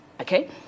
Okay